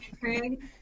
Craig